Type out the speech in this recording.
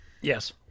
Yes